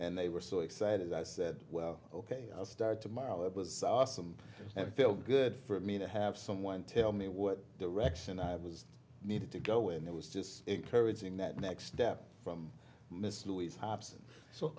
and they were so excited i said well ok i'll start tomorrow it was awesome and feel good for me to have someone tell me what direction i was needed to go and it was just encouraging that next step from miss louise hobson so